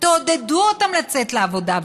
תעודדו אותם לצאת לעבודה,